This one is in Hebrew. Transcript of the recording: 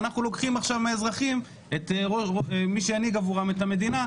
ואנחנו לוקחים עכשיו מהאזרחים את מי שינהיג עבורם את המדינה,